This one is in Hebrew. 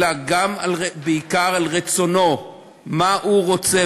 אלא גם, בעיקר, על רצונו, מה הוא רוצה.